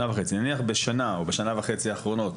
נניח בשנה וחצי האחרונות,